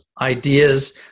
ideas